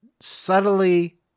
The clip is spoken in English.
subtly